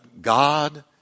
God